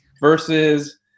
versus